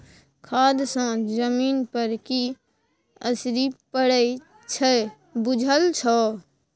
खाद सँ जमीन पर की असरि पड़य छै बुझल छौ